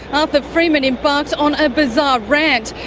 arthur freeman embarked on a bizarre rant.